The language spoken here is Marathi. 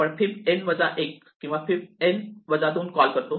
आपण फिब n वजा 1 किंवा फिब n वजा 2 कॉल करतो